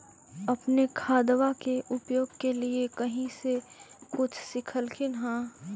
अपने खादबा के उपयोग के लीये कही से कुछ सिखलखिन हाँ?